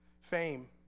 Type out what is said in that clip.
fame